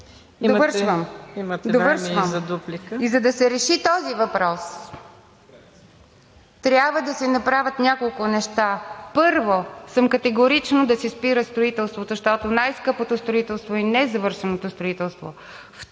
Довършвам. За да се реши този въпрос, трябва да се направят няколко неща. Първо, съм категорично да се спира строителството, защото най скъпото строителство е незавършеното строителство.